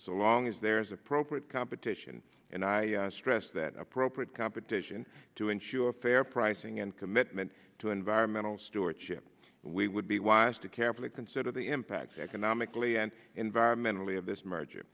so long as there is appropriate competition and i stress that appropriate competition to ensure fair pricing and commitment to environmental stewardship we would be wise to carefully consider the impact economically and environmentally of this merger